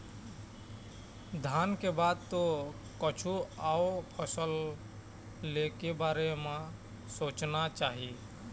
धान के बाद तो कछु अउ फसल ले के बारे म सोचना चाही